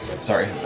Sorry